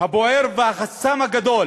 הבוער והחסם הגדול